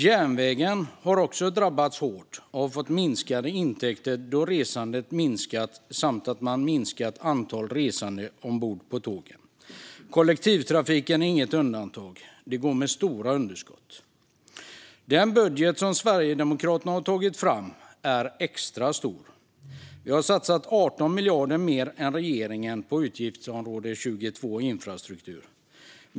Järnvägen har också drabbats hårt och fått minskade intäkter då resandet minskat och man behövt minska antalet resande ombord på tågen. Kollektivtrafiken är inget undantag - den går med stora underskott. Den budget som Sverigedemokraterna har tagit fram är extra stor. Vi satsar 18 miljarder mer än regeringen på utgiftsområde 22 Kommunikationer.